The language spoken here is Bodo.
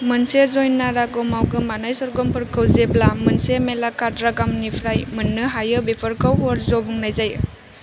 मोनसे जन्या रागमआव गोमानाय स्वरगमफोरखौ जेब्ला मोनसे मेलाकार्त रागमनिफ्राय मोननो हायो बेफोरखौ वर्ज्य' बुंनाय जायो